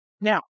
Now